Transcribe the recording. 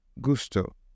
Gusto